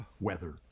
weather